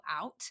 out